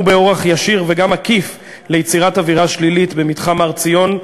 באורח ישיר וגם עקיף ליצירת אווירה שלילית במתחם הר-ציון,